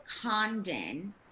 condon